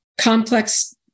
complex